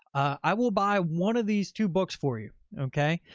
i will buy one of these two books for you. okay.